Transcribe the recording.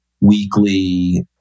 weekly